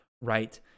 right